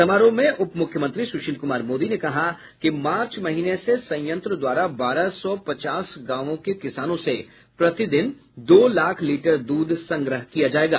समारोह में उप मुख्यमंत्री सुशील कुमार मोदी ने कहा कि मार्च महीने से संयंत्र द्वारा बारह सौ पचास गांवों के किसानों से प्रति दिन दो लाख लीटर दूध संग्रह किया जायेगा